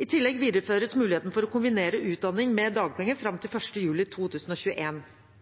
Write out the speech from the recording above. I tillegg videreføres muligheten for å kombinere utdanning med dagpenger fram til 1 juli